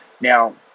Now